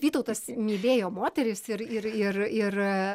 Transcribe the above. vytautas mylėjo moteris ir ir ir ir